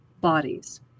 bodies